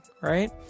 right